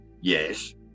Yes